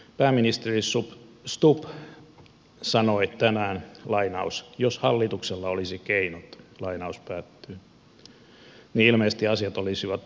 pääministeri stubb sanoi tänään että jos hallituksella olisi keinot niin ilmeisesti asiat olisivat jo kunnossa